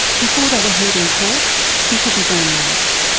before they were heard in court he took his own life.